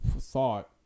thought